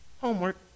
Homework